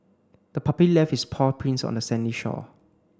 the puppy left its paw prints on the sandy shore